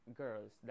girls